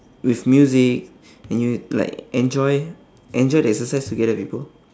with music and you like enjoy enjoy to exercise together with people